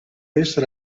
essere